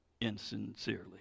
insincerely